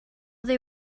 they